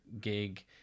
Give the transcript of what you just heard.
gig